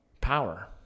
power